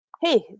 Hey